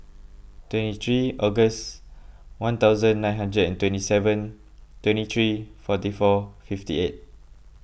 twenty three August one thousand nine hundred and twenty seven twenty three forty four fifty eight